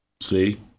See